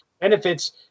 benefits